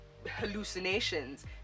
Hallucinations